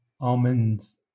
almonds